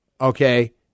okay